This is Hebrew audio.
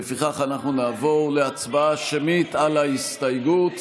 לפיכך, אנחנו נעבור להצבעה שמית על ההסתייגות.